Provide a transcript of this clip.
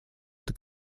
эта